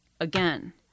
again